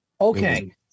Okay